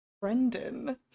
Brendan